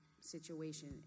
situation